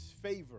favor